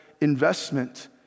investment